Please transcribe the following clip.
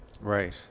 right